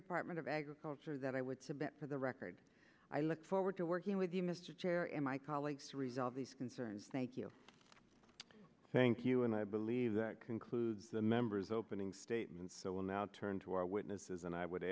department of agriculture that i would submit for the record i look forward to working with you mr chair and my colleagues to resolve these concerns thank you thank you and i believe that concludes the members opening statement so we'll now turn to our witnesses and i would